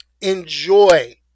Enjoy